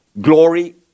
glory